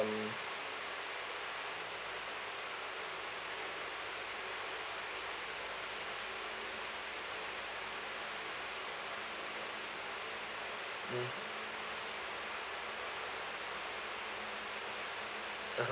mm (uh huh)